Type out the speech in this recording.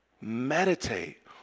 meditate